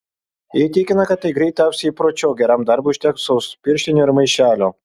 ji tikina kad tai greit taps įpročiu o geram darbui užteks vos pirštinių ir maišelio